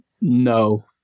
No